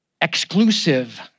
exclusive